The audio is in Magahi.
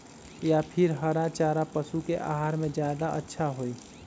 या फिर हरा चारा पशु के आहार में ज्यादा अच्छा होई?